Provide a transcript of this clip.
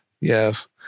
Yes